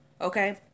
Okay